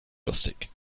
lustig